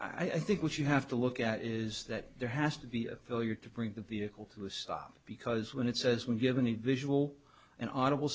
i think what you have to look at is that there has to be a failure to bring the vehicle to a stop because when it says when given a visual an audible